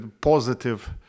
positive